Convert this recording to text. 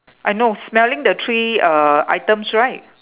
I know smelling the three uh items right